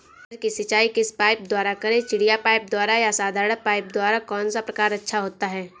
मटर की सिंचाई किस पाइप द्वारा करें चिड़िया पाइप द्वारा या साधारण पाइप द्वारा कौन सा प्रकार अच्छा होता है?